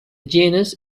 genus